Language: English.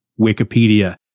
Wikipedia